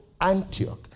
Antioch